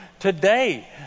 Today